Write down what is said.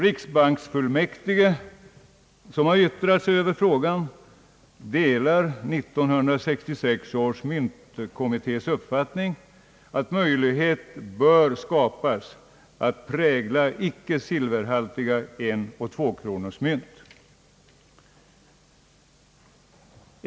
Riksbanksfullmäktige, som har yttrat sig i frågan, delar 1966 års myntkommittés uppfattning, att möjlighet bör skapas att prägla icke silverhaltiga enoch tvåkronorsmynt.